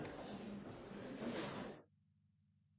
resten